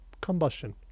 Combustion